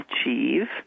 achieve